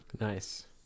nice